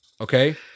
okay